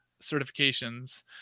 certifications